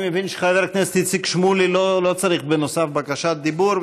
אני מבין שחבר הכנסת איציק שמולי לא צריך בקשת דיבור,